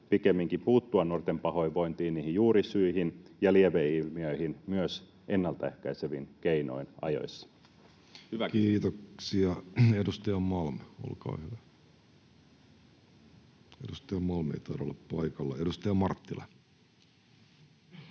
pikemminkin puuttua nuorten pahoinvointiin, niihin juurisyihin ja lieveilmiöihin myös ennalta ehkäisevin keinoin ajoissa? Kiitoksia. — Edustaja Malm, olkaa hyvä. Edustaja Malm ei taida olla paikalla. — Edustaja Marttila.